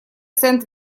сент